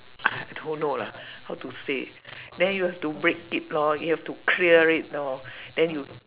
I don't know lah how to say then you have to break it lor you have to clear it lor then you